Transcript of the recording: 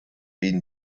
been